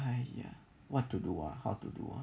!aiya! what to do or how to do